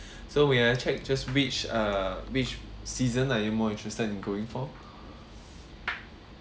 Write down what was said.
so we have check just which uh which season are you more interested in going for